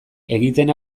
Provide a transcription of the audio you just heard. egiten